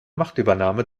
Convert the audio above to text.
machtübernahme